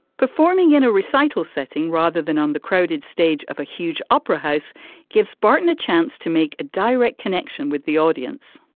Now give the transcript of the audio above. performing in a recital setting rather than on the crowded stage of a huge opera house gives spartan a chance to make a direct connection with the audience.